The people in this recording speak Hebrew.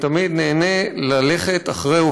ותמיד נהנה ללכת אחרי,